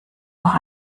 noch